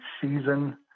season